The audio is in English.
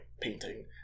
painting